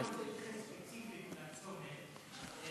אני מבין שאתה